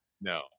No